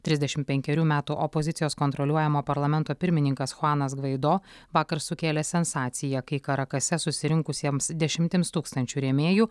trisdešim penkerių metų opozicijos kontroliuojamo parlamento pirmininkas chuanas gvaido vakar sukėlė sensaciją kai karakase susirinkusiems dešimtims tūkstančių rėmėjų